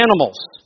animals